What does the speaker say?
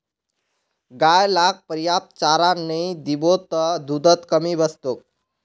गाय लाक पर्याप्त चारा नइ दीबो त दूधत कमी वस तोक